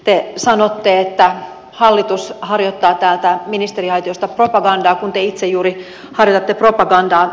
te sanotte että hallitus harjoittaa täältä ministeriaitiosta propagandaa kun te itse juuri harjoitatte propagandaa